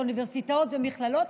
זה באוניברסיטאות ובמכללות,